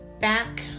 back